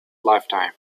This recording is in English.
lifetime